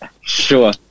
Sure